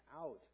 out